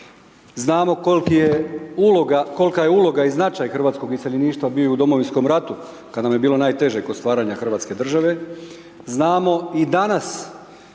Znamo kolika je uloga i značaj hrvatskog iseljeništva bio i u Domovinskom ratu, kada nam je bilo najteže kod stvaranja Hrvatske države. Znamo i danas